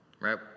right